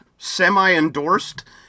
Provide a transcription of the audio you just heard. semi-endorsed